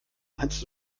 meinst